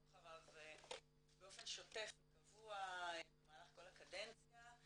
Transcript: אחריו באופן שוטף וקבוע במהלך כל הקדנציה,